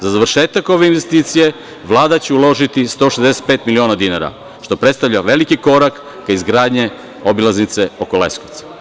Za završetak ove investicije Vlada će uložiti 165 miliona dinara, što predstavlja veliki korak ka izgradnji obilaznice oko Leskovca.